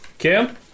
Cam